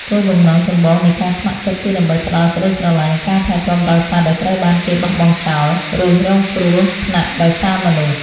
គោលបំណងចម្បងនៃការងារស្ម័គ្រចិត្តគឺដើម្បីផ្ដល់ក្ដីស្រឡាញ់ និងការថែទាំដល់សត្វដែលត្រូវបានគេបោះបង់ចោល ឬរងគ្រោះថ្នាក់ដោយសារមនុស្ស។